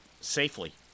safely